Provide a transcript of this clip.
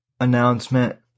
announcement